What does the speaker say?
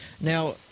Now